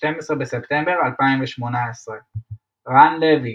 12 בספטמבר 2018 רן לוי,